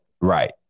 Right